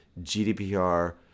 GDPR